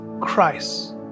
Christ